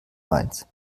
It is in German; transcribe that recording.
mainz